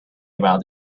about